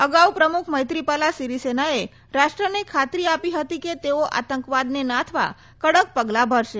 અગાઉ પ્રમુખ મૈત્રીપાલા સિરીસેનાએ રાષ્ટ્રને ખાત્રી આપી હતી કે તેઓ આતંકવાદને નાથવા કડક પગલાં ભરશે